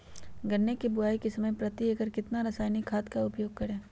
गन्ने की बुवाई के समय प्रति एकड़ कितना रासायनिक खाद का उपयोग करें?